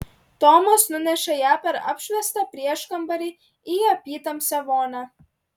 tomas nunešė ją per apšviestą prieškambarį į apytamsę vonią